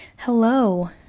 Hello